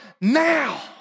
now